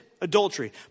adultery